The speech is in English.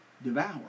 devour